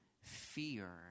fear